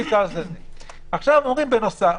עכשיו אומרים בנוסף,